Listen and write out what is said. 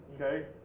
okay